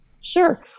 Sure